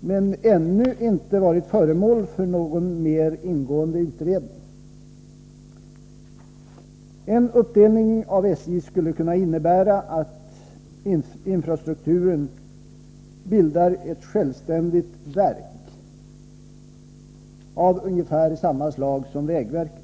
men ännu inte varit föremål för någon mer ingående utredning. En uppdelning av SJ skulle kunna innebära att infrastrukturen bildar ett självständigt ”verk” av ungefär samma slag som vägverket.